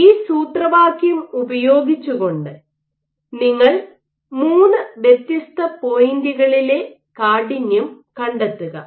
ഈ സൂത്രവാക്യം ഉപയോഗിച്ചുകൊണ്ട് നിങ്ങൾ മൂന്ന് വ്യത്യസ്ത പോയിന്റുകളിലെ കാഠിന്യം കണ്ടെത്തുക